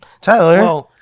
tyler